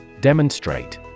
Demonstrate